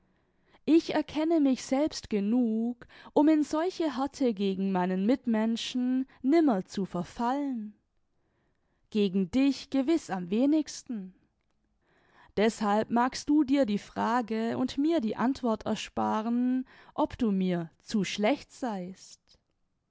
ich erkenne mich selbst genug um in solche härte gegen meinen mitmenschen nimmer zu verfallen gegen dich gewiß am wenigsten deßhalb magst du dir die frage und mir die antwort ersparen ob du mir zu schlecht seist